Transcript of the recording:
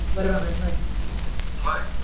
what about my play hi.